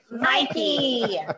Mikey